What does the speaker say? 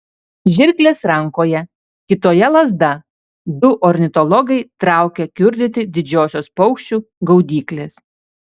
žirklės rankoje kitoje lazda du ornitologai traukia kiurdyti didžiosios paukščių gaudyklės